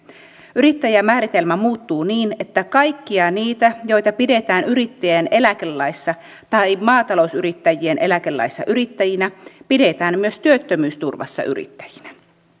yrittäjämääritelmä muuttuu niin että kaikkia niitä joita pidetään yrittäjien eläkelaissa tai maatalousyrittäjien eläkelaissa yrittäjinä pidetään myös työttömyysturvassa yrittäjinä